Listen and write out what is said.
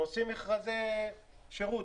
הם עושים מכרזי שירות